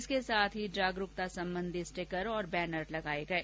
इसके साथ ही जागरुकता संबंधी स्टीकर और बैनर लगाये गये